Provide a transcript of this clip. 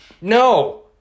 No